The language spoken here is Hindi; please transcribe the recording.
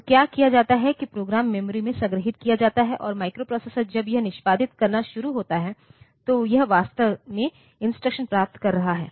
तो क्या किया जाता है कि प्रोग्राम मेमोरी में संग्रहीत किया जाता है और माइक्रोप्रोसेसर जब यह निष्पादित करना शुरू होता है तो यह वास्तव में इंस्ट्रक्शन प्राप्त कर रहा है